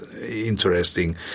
interesting